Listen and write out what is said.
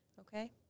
Okay